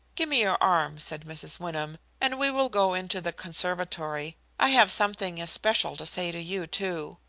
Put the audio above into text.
give me your arm, said mrs. wyndham, and we will go into the conservatory. i have something especial to say to you, too.